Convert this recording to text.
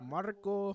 Marco